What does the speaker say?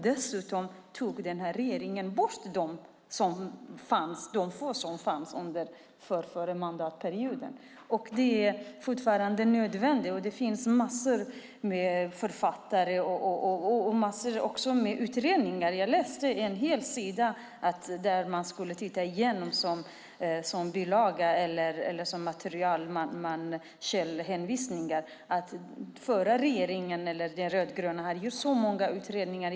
Dessutom har den här regeringen tagit bort de få som fanns förrförra mandatperioden. Det här är alltså fortfarande nödvändigt. Det finns en massa författare och utredningar som behandlar detta. Jag har läst en hel sida - det var ett material, källhänvisningar - om att den rödgröna regeringen gjorde många utredningar.